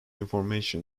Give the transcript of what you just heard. information